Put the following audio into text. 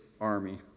army